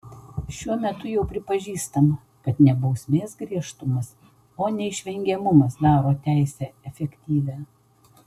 šiuo metu jau pripažįstama kad ne bausmės griežtumas o neišvengiamumas daro teisę efektyvią